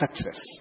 success